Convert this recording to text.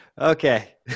okay